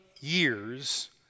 years